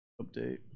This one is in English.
update